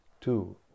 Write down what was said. Two